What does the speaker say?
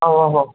ఆ ఓహో